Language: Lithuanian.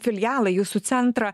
filialą jūsų centrą